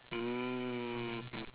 mm